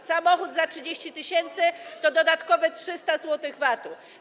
Samochód za 30 tys. to dodatkowe 300 zł VAT-u.